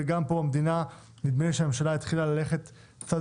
וגם פה הממשלה נדמה לי שהממשלה התחילה ללכת צעד